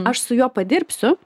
aš su juo padirbsiu